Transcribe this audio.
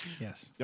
Yes